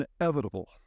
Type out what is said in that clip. inevitable